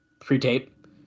pre-tape